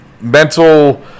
mental